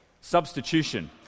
substitution